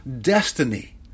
destiny